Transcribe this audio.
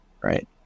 right